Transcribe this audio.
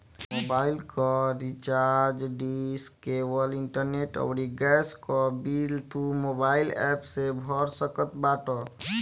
mobile कअ recharge, dish, cable, internet अउरी gas कअ बिल तू मोबाइल एप्प से भर सकत बाटअ